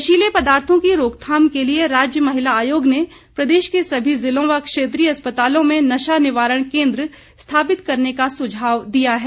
नशीले पदार्थों की रोकथाम के लिये राज्य महिला आयोग ने प्रदेश के सभी ज़िलों व क्षेत्रीय अस्पतालों में नशा निवारण केंद्र स्थापित करने का सुझाव दिया है